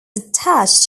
attached